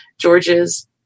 George's